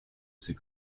ces